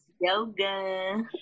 Yoga